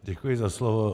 Děkuji za slovo.